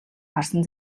харсан